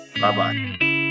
bye-bye